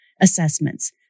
assessments